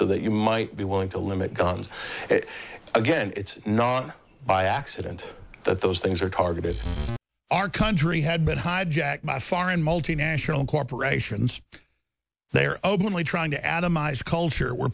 so that you might be willing to limit guns again it's not by accident that those things are targeted our country had been hijacked by foreign multinational corporations they are openly trying to atomize a culture where